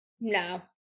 No